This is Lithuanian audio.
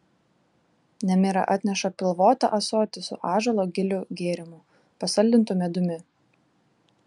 nemira atneša pilvotą ąsotį su ąžuolo gilių gėrimu pasaldintu medumi